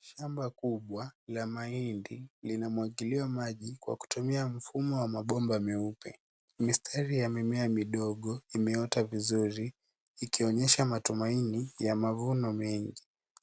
Shamba kubwa la mahindi linamwagiliwa maji kwa kutumia mfumo wa mabomba meupe. Mistari ya mimea midogo imeota vizuri ikionyesha matumaini ya mavuno mengi.